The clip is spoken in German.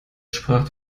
sprach